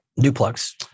Duplex